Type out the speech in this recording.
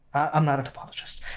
um not a topologist